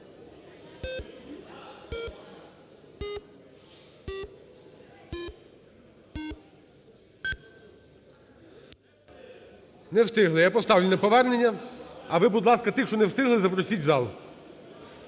Не встигли. Я поставлю на повернення, а ви, будь ласка, тих, що не встигли запросіть у зал.